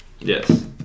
Yes